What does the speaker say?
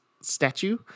statue